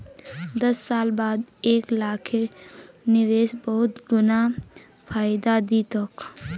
दस साल बाद एक लाखेर निवेश बहुत गुना फायदा दी तोक